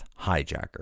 hijacker